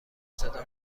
صدا